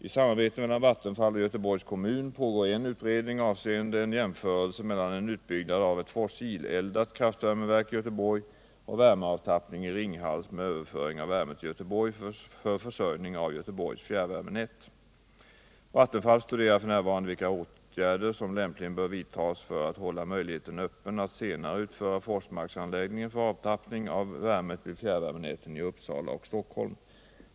I samarbete mellan Vattenfall och Göteborgs kommun pågår en utredning avseende en jämförelse mellan en utbyggnad av ett fossileldat kraftvärmeverk i Göteborg och värmeavtappning i Ringhals med överföring av värme till Göteborg för försörjning av Göteborgs fjärrvärmenät. Vattenfall studerar f. n. vilka åtgärder som lämpligen bör vidtas för att hålla möjligheten öppen att senare utföra Forsmarksanläggningen för avtappning av värme till fjärrvärmenäten i Uppsala och Stockholm.